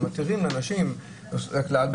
אנחנו בעצם